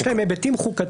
יש להם היבטים חוקתיים.